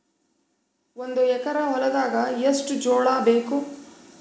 ಒಂದು ಎಕರ ಹೊಲದಾಗ ಎಷ್ಟು ಜೋಳಾಬೇಕು?